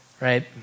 right